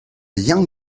young